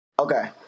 Okay